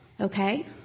Okay